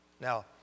Now